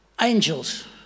angels